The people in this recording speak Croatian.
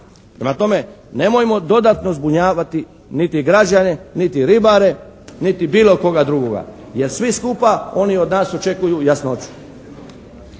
tome, nemojmo dodatno zbunjavati niti građane niti ribare niti bilo koga drugoga. Jer svi skupa oni od nas očekuju jasnoću.